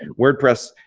and wordpress.